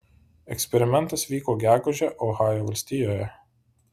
eksperimentas vyko gegužę ohajo valstijoje